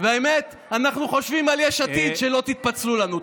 והאמת, אנחנו חושבים על יש עתיד, שלא תתפצלו לנו.